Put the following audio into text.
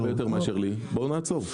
בואו נעצור.